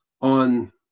on